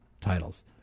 titles